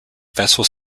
vessel